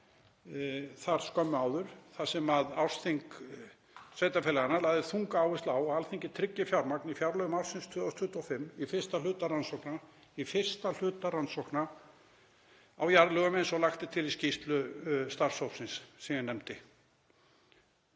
skömmu áður þar sem ársþing sveitarfélaganna lagði þunga áherslu á að Alþingi tryggði fjármagn í fjárlögum ársins 2025 í fyrsta hluta rannsókna á jarðlögum eins og lagt er til í skýrslu starfshópsins sem ég nefndi.